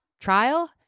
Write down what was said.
trial